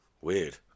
Weird